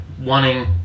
wanting